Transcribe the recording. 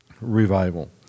revival